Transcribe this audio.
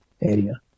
area